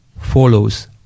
follows